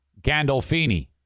Gandolfini